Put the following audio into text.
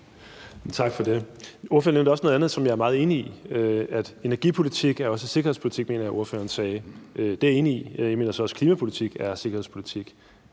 Tak for det. Ordføreren nævnte også noget andet, som jeg er meget enig i: Energipolitik er også sikkerhedspolitik, mener jeg ordføreren sagde. Det er jeg enig i. Jeg mener også, at klimapolitik er sikkerhedspolitik.